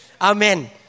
Amen